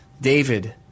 David